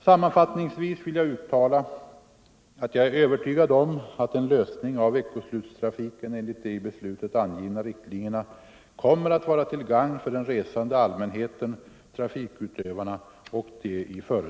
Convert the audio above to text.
Sammanfattningsvis vill jag uttala att jag är övertygad om att en lösning av veckoslutstrafiken enligt de i beslutet angivna riktlinjerna kommer att vara till gagn för den resande allmänheten, trafikutövarna och de